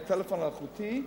טלפון אלחוטי,